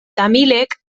tamilek